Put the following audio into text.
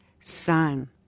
Son